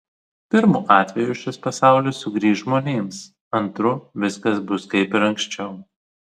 pirmu atveju šis pasaulis sugrįš žmonėms antru viskas bus kaip ir anksčiau